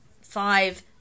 five